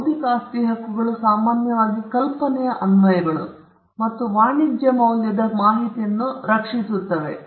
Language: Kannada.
ಬೌದ್ಧಿಕ ಆಸ್ತಿ ಹಕ್ಕುಗಳು ಸಾಮಾನ್ಯವಾಗಿ ಕಲ್ಪನೆಯ ಅನ್ವಯಗಳು ಮತ್ತು ವಾಣಿಜ್ಯ ಮೌಲ್ಯದ ಮಾಹಿತಿಯನ್ನು ರಕ್ಷಿಸುತ್ತದೆ